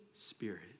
Spirit